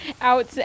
out